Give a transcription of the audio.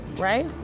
right